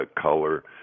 color